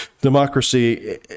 Democracy